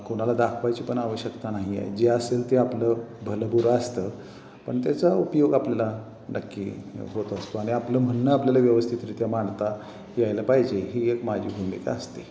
कोणाला दाखवायची पण आवश्यकता नाही आहे जे असेल ते आपलं भलं बुरं असतं पण त्याचा उपयोग आपल्याला नक्की होत असतो आणि आपलं म्हणणं आपल्याला व्यवस्थितरित्या मांडता यायला पाहिजे ही एक माझी भूमिका असते